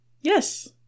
Yes